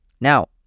Now